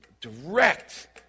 direct